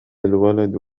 الولد